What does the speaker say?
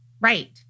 right